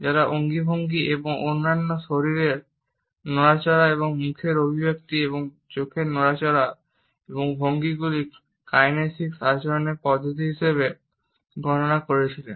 যারা অঙ্গভঙ্গি এবং অন্যান্য শরীরের নড়াচড়া মুখের অভিব্যক্তি চোখের নড়াচড়া এবং ভঙ্গিগুলি কাইনেসিক আচরণের পদ্ধতি হিসাবে গণনা করেছিলেন